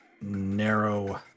narrow